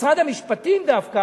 משרד המשפטים דווקא,